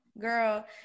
girl